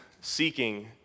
seeking